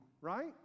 right